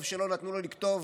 טוב שלא נתנו לו לכתוב